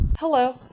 Hello